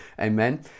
Amen